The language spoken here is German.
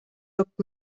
lockt